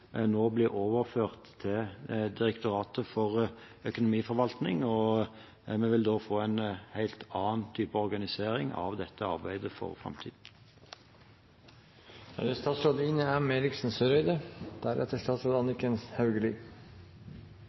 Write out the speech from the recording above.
nå bli overført til Direktoratet for økonomistyring, og en vil da få en helt annen type organisering av dette arbeidet for